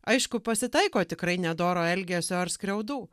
aišku pasitaiko tikrai nedoro elgesio ar skriaudų